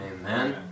Amen